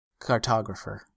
cartographer